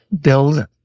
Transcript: Build